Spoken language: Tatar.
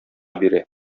бирә